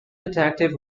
detective